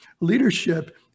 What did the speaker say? Leadership